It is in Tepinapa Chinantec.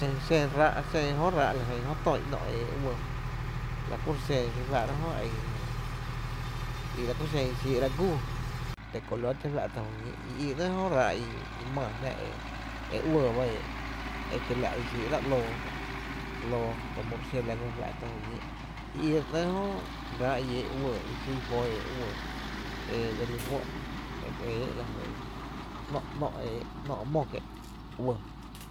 Xen ráá’, xen jö ráá’ i ‘nó’ e éé’ uɇɇ, la ku xen re fáá’ra jö i i la ku xen i xíí’ra gúuú, tecolote juá’ tá’ juñíí’, i i ‘né’ jö ráá’ i maa jná e uɇɇ ba éé’, i kiela’ i xíí’rá’ ‘loo jö to murciélago juá’tá’ juñíí’ i i ro ‘néé’ jö ráá’ i eé’ uɇɇ, i xi i fó e éé’ uɇɇ e dse lí fó’ e éé’, ‘nó’, ‘n´’ e éé’, ‘nó’ mó kié’ uɇɇ.